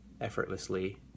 effortlessly